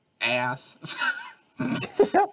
ass